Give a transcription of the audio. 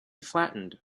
flattened